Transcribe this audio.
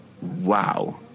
wow